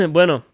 Bueno